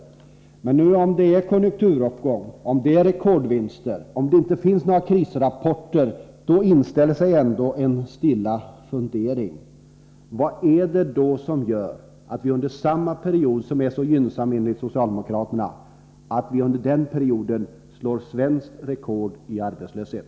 Om vi nu har en konjunkturuppgång med rekordvinster, och inte några krisrapporter, inställer sig ändå en stilla fundering: Vad är det som gör att vi under en period som enligt socialdemokraterna är så gynnsam slår svenskt rekord i arbetslöshet?